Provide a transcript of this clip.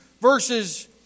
verses